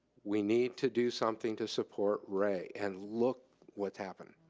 we need to do something to support rea and look what's happened.